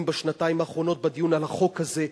בשנתיים האחרונות בדיון על החוק הזה.